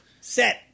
set